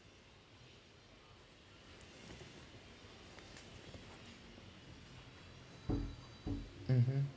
(uh huh)